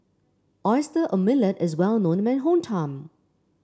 Oyster Omelette is well known in my hometown